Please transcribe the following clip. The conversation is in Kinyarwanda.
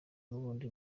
n’ubundi